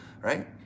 right